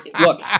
look